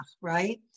right